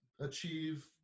achieve